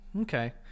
okay